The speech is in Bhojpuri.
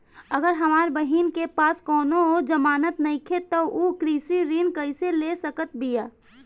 अगर हमार बहिन के पास कउनों जमानत नइखें त उ कृषि ऋण कइसे ले सकत बिया?